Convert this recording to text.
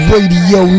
Radio